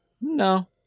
No